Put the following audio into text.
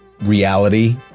reality